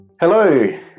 Hello